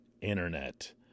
Internet